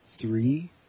three